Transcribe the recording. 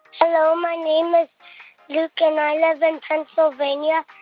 hello, my name is luke, and i live in pennsylvania.